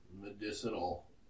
medicinal